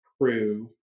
prove